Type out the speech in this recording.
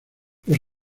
los